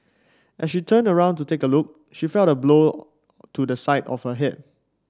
as she turned around to take a look she felt a blow to the side of her head